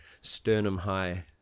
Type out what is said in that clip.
sternum-high